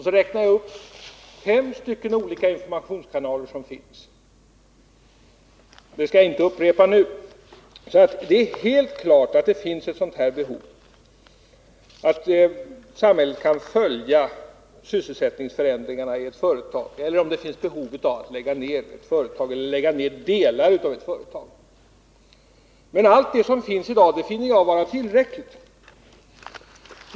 Så räknade jag upp fem informationskanaler. Dem skall jag inte upprepa nu. Det är alltså helt klart att det finns behov av att samhället kan följa sysselsättningsförändringarna i ett företag. Det kan också gälla att lägga ned ett företag eller delar av ett företag. Men det som finns i dag tycker jag är tillräckligt.